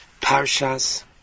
Parshas